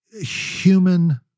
human